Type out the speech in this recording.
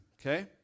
okay